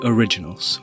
Originals